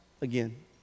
again